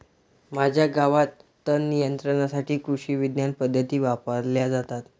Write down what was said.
माझ्या गावात तणनियंत्रणासाठी कृषिविज्ञान पद्धती वापरल्या जातात